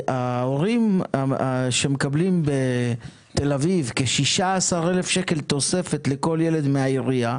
ההורים שמקבלים בתל אביב כ-16,000 שקל תוספת לכל ילד מהעירייה,